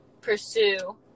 pursue